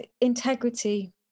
integrity